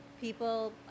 people